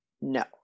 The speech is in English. no